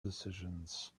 decisions